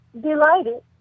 delighted